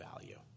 value